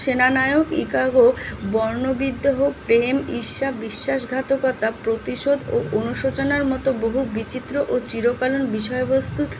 সেনানায়ক Iago বর্ণ বিদ্রোহ প্রেম ঈর্ষা বিশ্বাসঘাতকতা প্রতিশোধ ও অনুশোচনার মতো বহু বিচিত্র ও চিরকালীন বিষয়বস্তুর